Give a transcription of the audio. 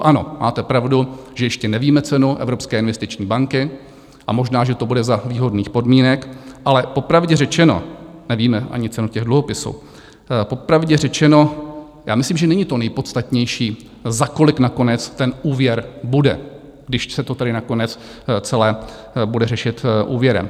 Ano, máte pravdu, že ještě nevíme cenu Evropské investiční banky, a možná že to bude za výhodných podmínek, ale popravdě řečeno, nevíme ani cenu těch dluhopisů, popravdě řečeno, já myslím, že není to nejpodstatnější, za kolik nakonec ten úvěr bude, když se to tady nakonec celé bude řešit úvěrem.